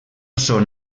són